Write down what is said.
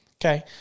Okay